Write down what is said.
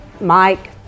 Mike